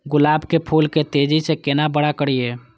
गुलाब के फूल के तेजी से केना बड़ा करिए?